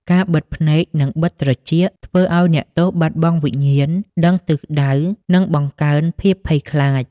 ការបិទភ្នែកនិងបិទត្រចៀកធ្វើឱ្យអ្នកទោសបាត់បង់វិញ្ញាណដឹងទិសដៅនិងបង្កើនភាពភ័យខ្លាច។